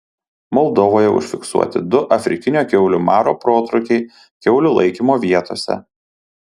moldovoje užfiksuoti du afrikinio kiaulių maro protrūkiai kiaulių laikymo vietose